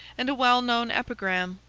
and a well-known epigram,